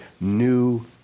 new